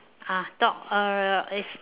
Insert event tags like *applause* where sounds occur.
ah talk *noise*